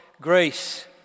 grace